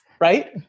right